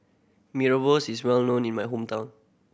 Mee Rebus is well known in my hometown